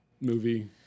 movie